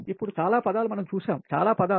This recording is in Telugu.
ఇప్పుడు చాలా పదాలుమనం చూశాం చాలా పదాలు